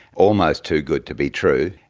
almost too good to be true.